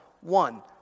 one